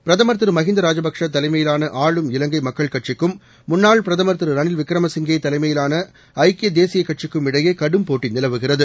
பிரதமர் திரு மகிந்தா ராஜபக்ஷே தலைமையிலான ஆளும் இலங்கை மக்கள் கட்சிக்கும் முன்னாள் பிரதம் ்திரு ரணில் விக்ரம சிங்கே தலைமையிலான ஐக்கிய தேசிய கட்சிக்கும் இடையே கடும் போட்டி நிலவுகிறது